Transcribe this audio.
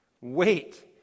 Wait